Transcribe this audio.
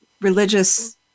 religious